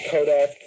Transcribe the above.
Kodak